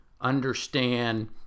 understand